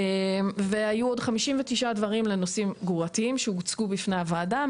היו עוד כ-59 נושאים לשלבים גרורתיים שהוצגו בפני הוועדה,